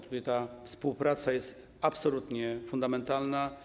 Tutaj ta współpraca jest absolutnie fundamentalna.